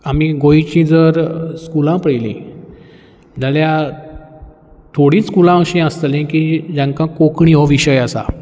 आमी गोंयचीं जर स्कुलां पयलीं जाल्यार थोडीं स्कुलां अशीं आसतलीं की जेंकां कोंकणी हो विशय आसा